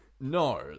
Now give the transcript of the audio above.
No